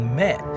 met